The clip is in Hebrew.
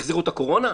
החזירו את הקורונה?